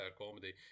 comedy